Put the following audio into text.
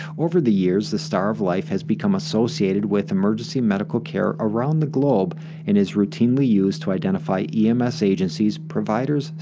over the years, the star of life has become associated with emergency medical care around the globe and is routinely used to identify ems agencies, providers,